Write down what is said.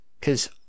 Cause